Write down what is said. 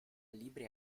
libri